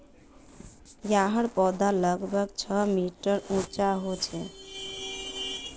याहर पौधा लगभग छः मीटर उंचा होचे